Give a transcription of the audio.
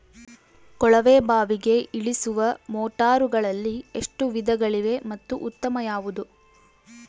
ಕೊಳವೆ ಬಾವಿಗೆ ಇಳಿಸುವ ಮೋಟಾರುಗಳಲ್ಲಿ ಎಷ್ಟು ವಿಧಗಳಿವೆ ಮತ್ತು ಉತ್ತಮ ಯಾವುದು?